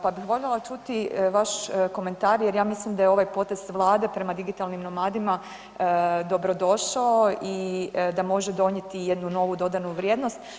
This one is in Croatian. Pa bih voljela čuti vaš komentar jer ja mislim da je ovaj potez Vlade prema digitalnim nomadima dobrodošao i da može donijeti jednu novu dodanu vrijednost.